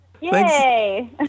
yay